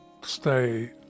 stay